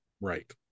Right